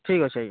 ଠିକ୍ ଅଛି ଆଜ୍ଞା